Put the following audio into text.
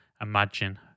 Imagine